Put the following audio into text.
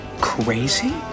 crazy